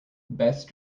best